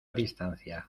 distancia